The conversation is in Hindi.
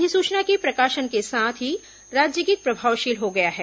अधिसुचना के प्रकाशन के साथ ही राज्यगीत प्रभावशील हो गया है